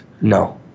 No